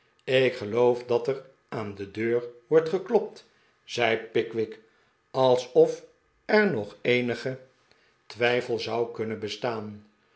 ik geloof dat er aan de deur wordt geklopt zei pickwick alsof er nog eenige twijfel zou kunnen bestaan